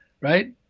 right